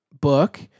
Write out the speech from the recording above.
book